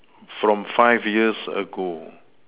from five years ago